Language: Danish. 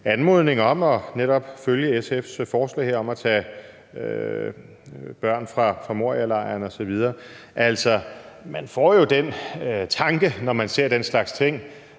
anmodning om netop at følge SF's forslag her om at tage imod børn fra Morialejren osv. Altså, man får jo den tanke, når man ser den slags ting